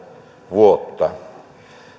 vuotta